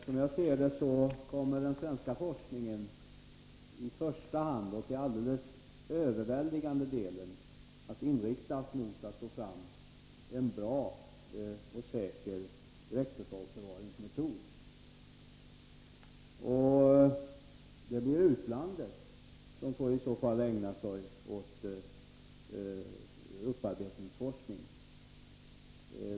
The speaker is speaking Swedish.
Som jag ser det kommer den svenska forskningen i första hand och till alldeles övervägande del att inriktas mot att få fram en bra och säker direktförvaringsmetod. Det blir i så fall utlandet som får ägna sig åt upparbetningsforskning.